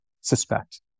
suspect